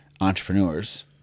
entrepreneurs